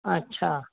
अच्छा